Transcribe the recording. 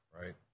right